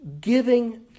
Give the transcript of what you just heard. giving